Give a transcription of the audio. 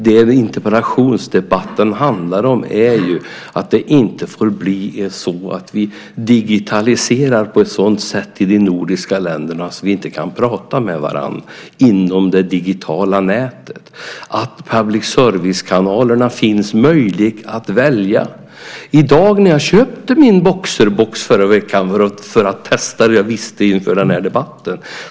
Det som interpellationsdebatten handlar om är att det inte får bli så att vi i de nordiska länderna digitaliserar på ett sådant sätt att vi inte kan prata med varandra inom det digitala nätet. Det ska finnas möjlighet att välja public service kanalerna. Jag köpte min Boxerbox förra veckan för att testa inför den här debatten.